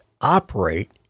operate